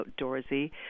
outdoorsy